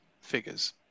figures